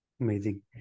Amazing